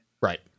Right